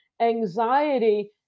anxiety